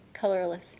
colorless